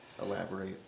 elaborate